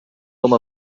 com